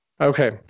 Okay